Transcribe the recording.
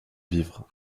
vivre